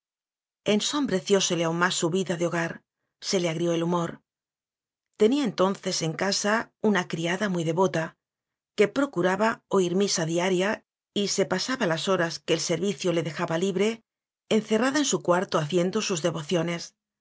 ensombreciósele aun más su vida de hogar se le agrió el humor tenía entonces en casa una criada muy devota que procuraba oir misa diaria y se pasaba las horas que el servicio le dejaba libre encerrada en su cuarto haciendo sus